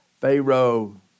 Pharaoh